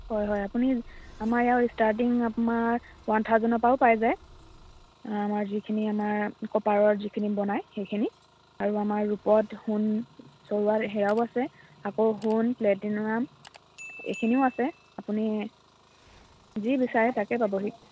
হয় হয় আপুনি আমাৰ ষ্টাৰ্টিং আমাৰ ওৱান থাউজেণ্ডৰ পৰাও পাই যায় আমাৰ যিখিনি আমাৰ কপাৰৰ যিখিনি বনায় সেইখিনি আৰু আমাৰ ৰূপত সোণ চৰোৱা সেয়াও আছে আকৌ সোণ প্লেটিনাম এইখিনিও আছে আপুনি যি বিচাৰে তাকে পাবহি